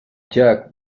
jug